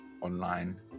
online